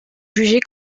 jugées